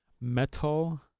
metal